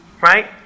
Right